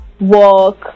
work